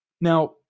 now